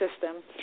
system